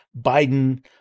Biden